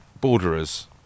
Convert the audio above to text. borderers